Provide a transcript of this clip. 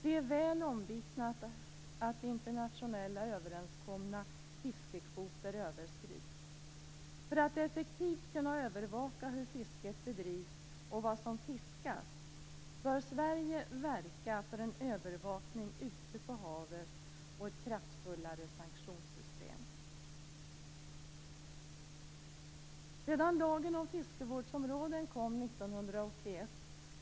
Det är väl omvittnat att internationellt överenskomna fiskekvoter överskrids. För att effektivt kunna övervaka hur fisket bedrivs och vad som fiskas bör Sverige verka för en övervakning ute på havet och ett kraftfullare sanktionssystem.